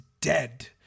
dead